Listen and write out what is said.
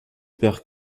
perd